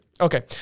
okay